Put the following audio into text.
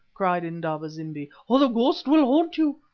cried indaba-zimbi, or the ghost will haunt you.